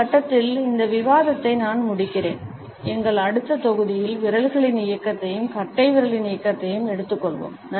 இந்த கட்டத்தில் இந்த விவாதத்தை நான் முடிக்கிறேன் எங்கள் அடுத்த தொகுதியில் விரல்களின் இயக்கத்தையும் கட்டைவிரலின் இயக்கத்தையும் பார்ப்போம்